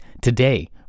today